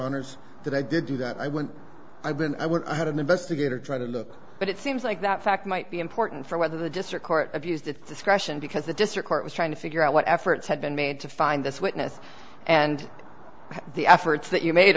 that i did do that i went i've been i would i had an investigator try to look but it seems like that fact might be important for whether the district court abused its discretion because the district court was trying to figure out what efforts had been made to find this witness and the efforts that you made